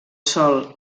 sol